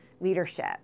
leadership